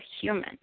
human